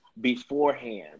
beforehand